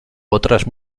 otras